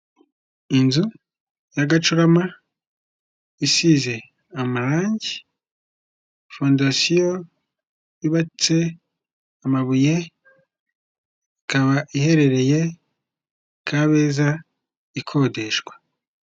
Inzu y'agacurama isize amarangi, fondasiyo yubatse amabuye, ikaba iherereye Kabeza ikodeshwa.